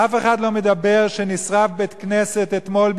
אף אחד לא מדבר על זה שאתמול נשרף בית-כנסת בירושלים